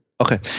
Okay